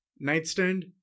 nightstand